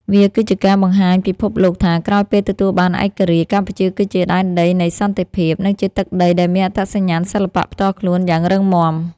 វាគឺជាការបង្ហាញពិភពលោកថា ក្រោយពេលទទួលបានឯករាជ្យ កម្ពុជាគឺជាដែនដីនៃសន្តិភាព និងជាទឹកដីដែលមានអត្តសញ្ញាណសិល្បៈផ្ទាល់ខ្លួនយ៉ាងរឹងមាំ។